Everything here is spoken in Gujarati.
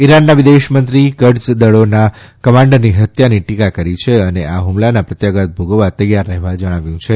ઇરાનના વિદેશ મંત્રીએ કડ્સ દળીના કમાન્ડરની હત્યાની ટીકા કરી છે અને આ હુમલાના પ્રત્યાઘાત ભોગવવા તૈયાર રહેવા જણાવ્યું છે